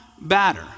batter